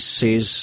says